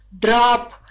drop